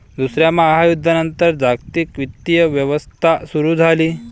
दुसऱ्या महायुद्धानंतर जागतिक वित्तीय व्यवस्था सुरू झाली